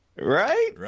Right